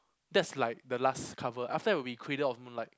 that's like the last cover after that will be cradle of moonlight